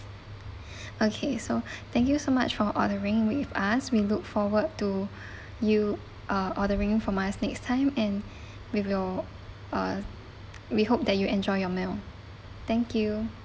okay so thank you so much for odering with us we look forward to you uh ordering from us next time and with your uh we hope that you enjoy your meal thank you